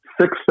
six